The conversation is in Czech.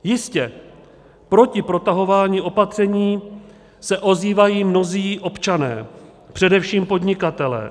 Jistě, proti protahování opatření se ozývají mnozí občané, především podnikatelé.